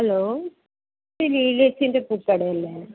hello ഇത് ലീലേച്ചിൻ്റെ പൂക്കടയല്ലേ